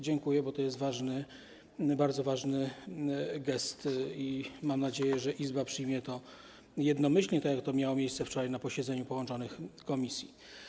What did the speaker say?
Dziękuję, bo to jest ważne, to jest bardzo ważny gest i mam nadzieję, że Izba przyjmie to jednomyślnie, tak jak to miało miejsce wczoraj na posiedzeniu połączonych komisji.